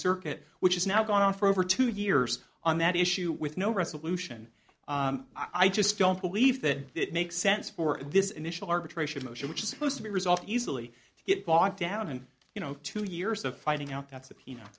circuit which has now gone on for over two years on that issue with no resolution i just don't believe that it makes sense for this initial arbitration motion which is supposed to be resolved easily get bogged down in you know two years of finding out that